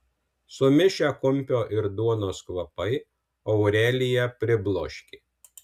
sumišę kumpio ir duonos kvapai aureliją pribloškė